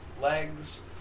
legs